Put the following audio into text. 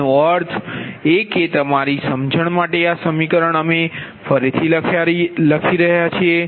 એનો અર્થ એ કે તમારી સમજણ માટે આ સમીકરણ અમે ફરીથી લખી રહ્યા છીએ